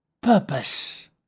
purpose